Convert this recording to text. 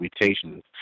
mutations